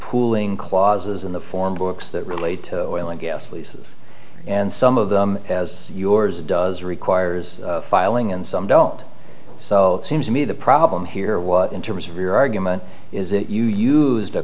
pooling clauses in the form books that relate to oil and gasoline and some of them as yours does requires filing and some don't so seems to me the problem here was in terms of your argument is that you used a